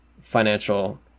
financial